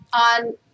on